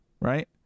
right